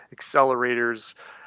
accelerators